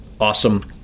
awesome